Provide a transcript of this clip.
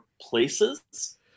places